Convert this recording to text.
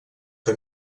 que